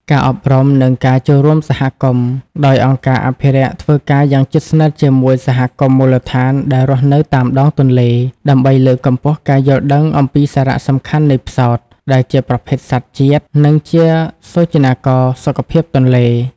ការអប់រំ និងការចូលរួមសហគមន៍ដោយអង្គការអភិរក្សធ្វើការយ៉ាងជិតស្និទ្ធជាមួយសហគមន៍មូលដ្ឋានដែលរស់នៅតាមដងទន្លេ ដើម្បីលើកកម្ពស់ការយល់ដឹងអំពីសារៈសំខាន់នៃផ្សោត ដែលជាប្រភេទសត្វជាតិ និងជាសូចនាករសុខភាពទន្លេ។